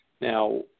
Now